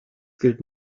gilt